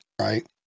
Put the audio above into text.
right